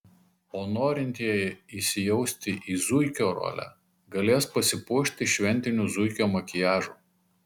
o norintieji įsijausti į zuikio rolę galės pasipuošti šventiniu zuikio makiažu